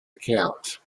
account